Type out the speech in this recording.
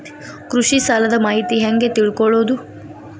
ಕೃಷಿ ಸಾಲದ ಮಾಹಿತಿ ಹೆಂಗ್ ತಿಳ್ಕೊಳ್ಳೋದು?